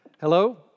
Hello